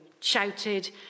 shouted